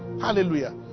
Hallelujah